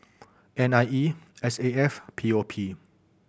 N I E S A F P O P